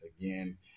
again